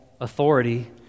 authority